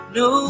no